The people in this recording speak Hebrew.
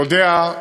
יודע,